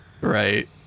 right